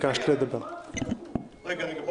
1 נגד,